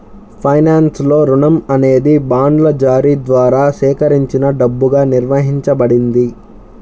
ఫైనాన్స్లో, రుణం అనేది బాండ్ల జారీ ద్వారా సేకరించిన డబ్బుగా నిర్వచించబడింది